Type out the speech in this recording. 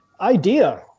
idea